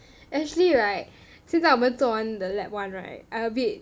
actually right 现在我们做完 the lab one right I abit